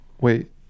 wait